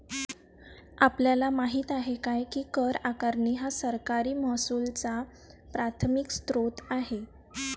आपल्याला माहित आहे काय की कर आकारणी हा सरकारी महसुलाचा प्राथमिक स्त्रोत आहे